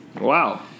Wow